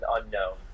unknown